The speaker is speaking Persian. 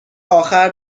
آخر